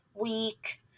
week